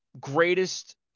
greatest